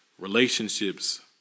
relationships